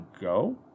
Go